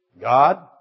God